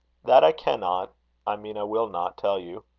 that i cannot i mean i will not tell you.